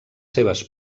seves